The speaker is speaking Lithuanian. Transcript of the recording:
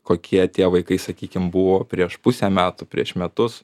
kokie tie vaikai sakykim buvo prieš pusę metų prieš metus